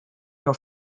your